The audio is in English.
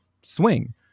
swing